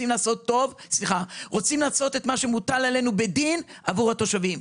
אלא אנחנו רוצים לעשות את מה שמוטל עלינו בדין עבור התושבים.